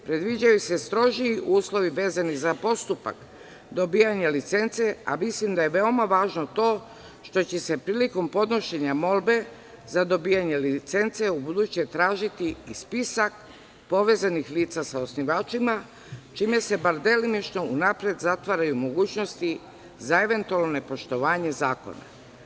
Predviđaju se strožiji uslovi vezani za postupak dobijanje licence, a mislim da je važno to što će se prilikom podnošenja molbe za dobijanje licence u buduće tražiti i spisak povezanih lica sa osnivačima, čime se barem delimično zatvaraju mogućnosti za eventualno nepoštovanje zakona.